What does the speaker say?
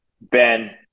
Ben